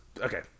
okay